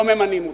לא ממנים אותם.